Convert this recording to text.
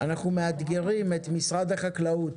אנחנו מאתגרים את משרד החקלאות